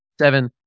Seven